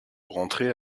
rentrer